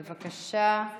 בבקשה.